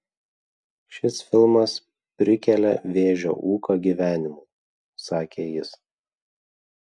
šis filmas prikelia vėžio ūką gyvenimui sakė jis